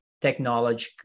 technology